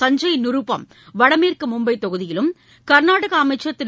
சஞ்சய் நிரூபம் வடமேற்கு மும்பை தொகுதியிலும் கர்நாடக அமைச்சர் திரு